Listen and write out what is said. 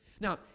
Now